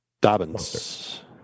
Dobbins